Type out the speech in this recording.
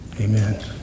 amen